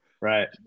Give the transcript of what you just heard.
Right